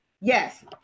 Yes